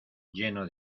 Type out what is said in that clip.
lleno